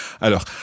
Alors